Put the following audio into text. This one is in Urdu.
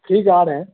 ٹھیک ہے آ رہے ہیں